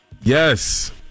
Yes